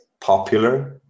popular